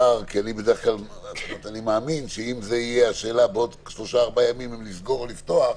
שאם השאלה תהיה בעוד שלושה או ארבעה ימים לסגור או לפתוח,